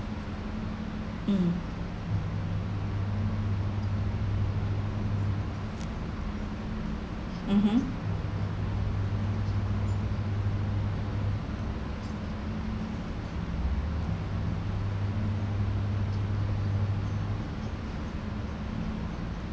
hmm mmhmm